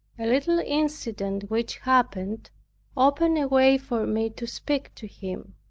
a little incident which happened opened a way for me to speak to him.